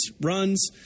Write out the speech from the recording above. runs